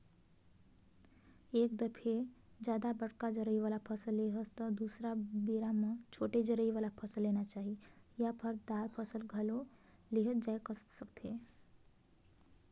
एक दफे जादा बड़का जरई वाला फसल ले हस त दुसर बेरा म छोटे जरई वाला फसल लेना चाही या फर, दार फसल घलो लेहल जाए सकथे